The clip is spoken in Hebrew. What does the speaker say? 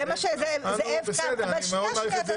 זה מה שזאב קם --- בסדר,